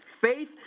Faith